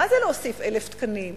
מה זה להוסיף 1,000 תקנים?